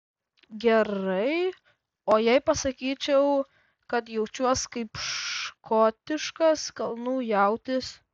gerai o jei pasakyčiau kad jaučiuosi kaip škotiškas kalnų jautis